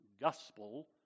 gospel